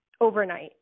overnight